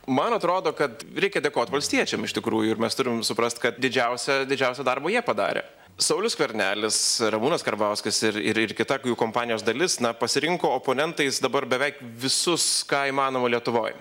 man atrodo kad reikia dėkot valstiečiam iš tikrųjų ir mes turim suprast kad didžiausią didžiausią darbą jie padarė saulius skvernelis ramūnas karbauskas ir ir ir kita jų kompanijos dalis na pasirinko oponentais dabar beveik visus ką įmanoma lietuvoj